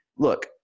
Look